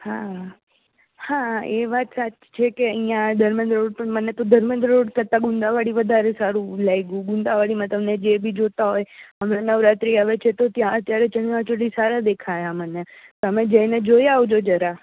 હા હા એ વાત સાચી ચેકએછેકે અઇયાં ધર્મેન્દ્ર રોળ પર મને તો ધર્મેન્દ્ર રોળ કરતાં ગુંદા વાળી વધારે સારું લાયગુ ગુંદા વાળીમાં તમને જેબી જોતાં હોય હમણાં નવરાત્રી આવે છે તો ત્યાં અત્યારે ચણિયા ચોળી સારા દેખાયા મને તમે જઈને જોઈ આવજો જરા